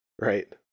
Right